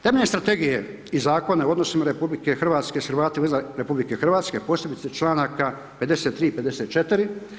Temeljem strategije i Zakona u odnosima RH s Hrvatima izvan RH, posebice čl. 53. i 54.